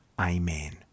Amen